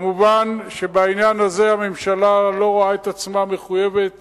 מובן שבעניין הזה הממשלה לא רואה את עצמה מחויבת